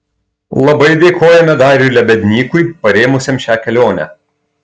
labai dėkojame dariui lebednykui parėmusiam šią kelionę